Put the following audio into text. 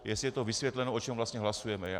Jestli je vysvětleno, o čem vlastně hlasujeme.